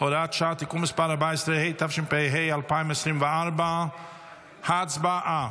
(הוראת שעה) (תיקון מס' 14), התשפ"ה 2024. הצבעה.